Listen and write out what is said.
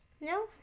No